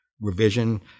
revision